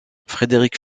frederick